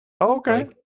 okay